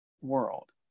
world